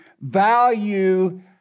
value